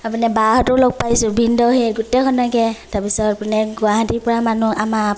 বাহঁতেও লগ পাইছোঁ ভিনদেউ সেই গোটেইখনকে তাৰ পিছত ইপিনে গুৱাহাটীৰ পৰা মানুহ আমাৰ